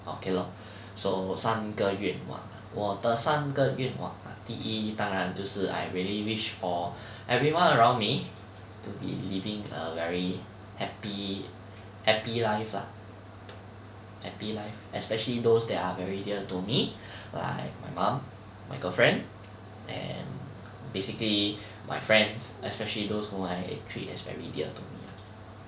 okay lor so 三个愿望 ah 我的三个愿望 ah 第一当然就是 I really wish for everyone around me to be living a very happy happy life lah happy life especially those that are very dear to me like my mum my girlfriend and basically my friends especially those whom I treat as very dear to me lah